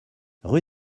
rue